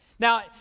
Now